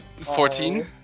14